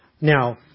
Now